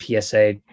PSA